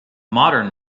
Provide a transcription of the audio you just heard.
modern